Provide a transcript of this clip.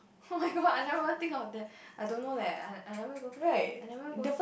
oh-my-god I never even think of that I don't know leh I I never go I never go